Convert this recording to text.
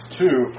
two